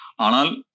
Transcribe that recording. Anal